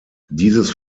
dieses